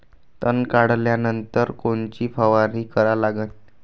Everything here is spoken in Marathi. तन काढल्यानंतर कोनची फवारणी करा लागन?